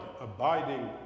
abiding